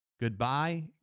Goodbye